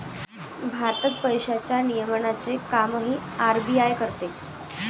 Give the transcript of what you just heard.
भारतात पैशांच्या नियमनाचे कामही आर.बी.आय करते